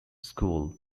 school